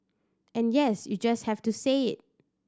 and yes you just have to say it